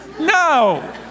No